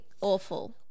Awful